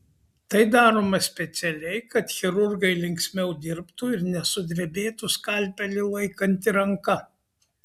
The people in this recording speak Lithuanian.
tai daroma specialiai kad chirurgai linksmiau dirbtų ir nesudrebėtų skalpelį laikanti ranka